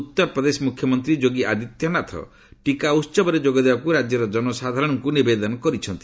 ଉତ୍ତରପ୍ରଦେଶ ମ୍ରଖ୍ୟମନ୍ତ୍ରୀ ଯୋଗୀ ଆଦିତ୍ୟନାଥ ଟିକା ଉତ୍ସବରେ ଯୋଗଦେବାକୁ ରାଜ୍ୟର କନସାଧାରଣଙ୍କୁ ନିବେଦନ କରିଛନ୍ତି